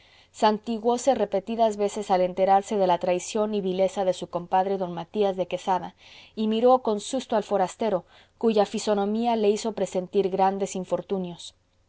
de parecer santiguóse repetidas veces al enterarse de la traición y vileza de su compadre d matías de quesada y miró con susto al forastero cuya fisonomía le hizo presentir grandes infortunios